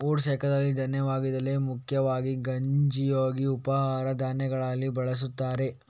oats ಏಕದಳ ಧಾನ್ಯವಾಗಿದ್ದು ಮುಖ್ಯವಾಗಿ ಗಂಜಿಯಾಗಿ ಉಪಹಾರ ಧಾನ್ಯಗಳಲ್ಲಿ ಬಳಸುತ್ತಾರೆ